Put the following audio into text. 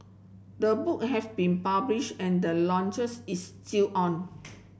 the book have been published and the launches is still on